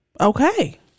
Okay